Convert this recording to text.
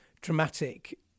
dramatic